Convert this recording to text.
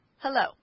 Hello